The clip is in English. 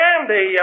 Andy